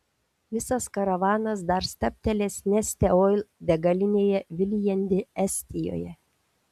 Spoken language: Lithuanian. visas karavanas dar stabtelės neste oil degalinėje viljandi estijoje